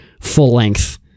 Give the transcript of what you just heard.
full-length